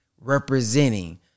representing